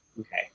Okay